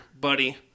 buddy